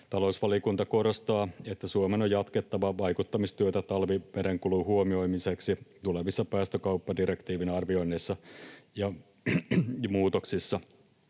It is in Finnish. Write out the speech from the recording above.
Talousvaliokunta korostaa, että Suomen on jatkettava vaikuttamistyötä talvimerenkulun huomioimiseksi tulevissa päästökauppadirektiivin arvioinneissa ja muutoksissa,